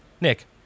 Nick